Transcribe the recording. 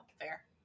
fair